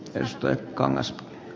teosto ja kangas